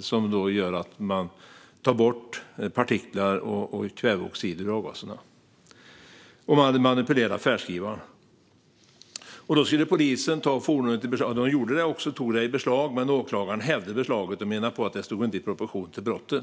som tar bort partiklar och kväveoxider från avgaserna. Och man hade manipulerat färdskrivaren. Polisen tog fordonet i beslag, men åklagaren hävde beslaget och menade att det inte stod i proportion till brottet.